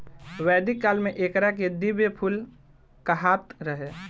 वैदिक काल में एकरा के दिव्य फूल कहात रहे